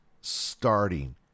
starting